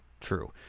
True